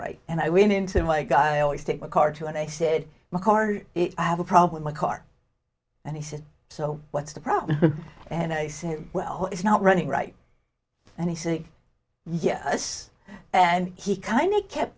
right and i went into my guy i always take a car to and i said my car i have a problem my car and he said so what's the problem and i said well it's not running right and he said yes and he kind of kept